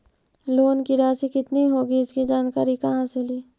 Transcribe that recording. Loan की रासि कितनी होगी इसकी जानकारी कहा से ली?